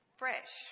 fresh